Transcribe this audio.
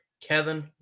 Kevin